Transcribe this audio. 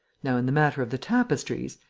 now, in the matter of the tapestries,